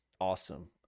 awesome